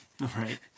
Right